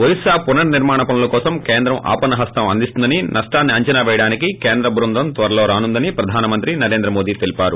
ఒరిస్పాకు పునర్సిర్మాణ పనుల కోసం కేంద్రం ఆపన్స హస్తం అందిస్తుందని నష్టాన్స్ అంచనా పేయడానికి కేంద్ర బృందం త్వరలో రానుందని ప్రధానమంత్రి నరేంద్ర మోడీ తెలిపారు